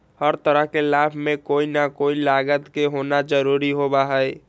हर तरह के लाभ में कोई ना कोई लागत के होना जरूरी होबा हई